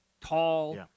tall